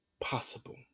possible